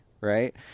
right